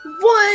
one